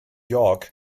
york